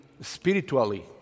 spiritually